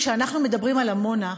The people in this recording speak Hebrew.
כשאנחנו מדברים על עמונה,